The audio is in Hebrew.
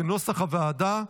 כנוסח הוועדה.